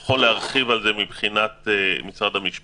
שי סומך יוכל להרחיב על זה מבחינת משרד המשפטים.